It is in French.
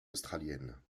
australiennes